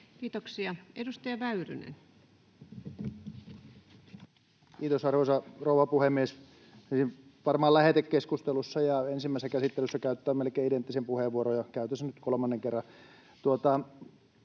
Kiitoksia. — Edustaja Väyrynen. Kiitos, arvoisa rouva puhemies! Varmaan lähetekeskustelussa ja ensimmäisessä käsittelyssä käytetään melkein identtisiä puheenvuoroja. Käytän sen nyt kolmannen kerran.